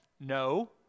No